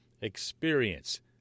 experience